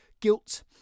guilt